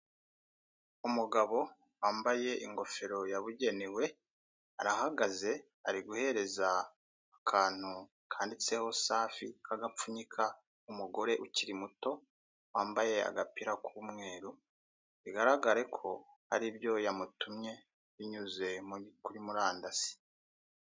Umugabo wambaye ingofero yabugenewe, arahagaze ari guhereza akantu kanditseho "safi" k'agapfunyika umugore ukiri muto wambaye agapira k'umweru, bigaragare ko ari byo yamutumye binyuze kuri murandasi.